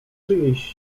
czyjejś